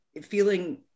feeling